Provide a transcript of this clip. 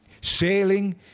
Sailing